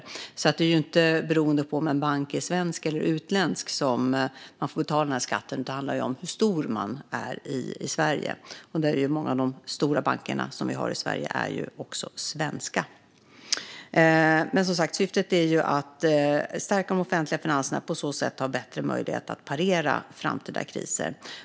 Om en bank får betala skatten handlar alltså inte om att den är svensk eller utländsk, utan det handlar om hur stor man är i Sverige, och många av de stora bankerna som vi har i Sverige är också svenska. Syftet är som sagt att stärka de offentliga finanserna och på så sätt ha bättre möjlighet att parera framtida kriser.